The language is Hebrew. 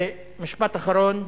משפט אחרון,